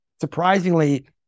surprisingly